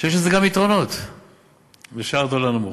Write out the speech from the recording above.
שיש גם יתרונות לשער דולר נמוך.